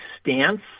stance